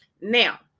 Now